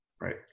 Right